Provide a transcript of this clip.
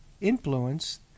influence